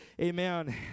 amen